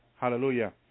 Hallelujah